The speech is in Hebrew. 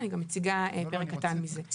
אני גם מציגה פרק קטן מזה.